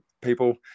people